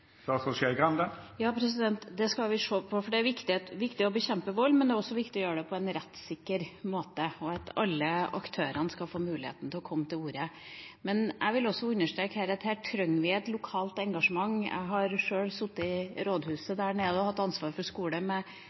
Det skal vi se på. Det er viktig å bekjempe vold, men det er også viktig å gjøre det på en rettssikker måte, og at alle aktørene skal få mulighet til å komme til orde. Men jeg vil også understreke at her trenger vi et lokalt engasjement. Jeg har selv sittet nede på rådhuset og hatt ansvar for skole, og